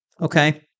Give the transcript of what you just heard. okay